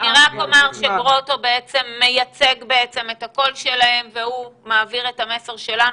אני רק אומר שפרופ' גרוטו מייצג את הקול שלהם והוא מעביר את המסר שלנו,